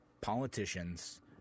politicians